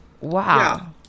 Wow